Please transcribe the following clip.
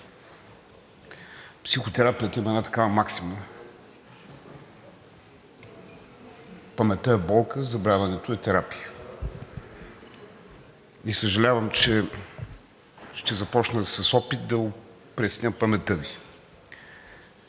психотерапията има една такава максима: „Паметта е болка, забравянето е терапия.“ Съжалявам, че ще започна с опит да опресня паметта Ви.